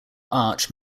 arch